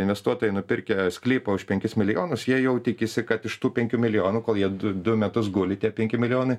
investuotojai nupirkę sklypą už penkis milijonus jie jau tikisi kad iš tų penkių milijonų kol jie du du metus guli tie penki milijonai